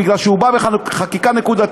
בגלל שהוא בא בחקיקה נקודתית.